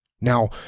Now